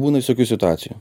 būna visokių situacijų